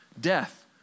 Death